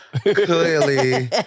clearly